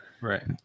Right